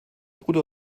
bruder